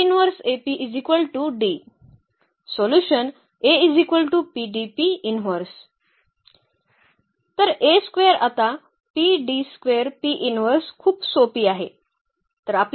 तर आता खूप सोपी आहे